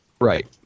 Right